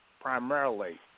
primarily